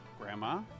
grandma